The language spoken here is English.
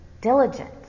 diligent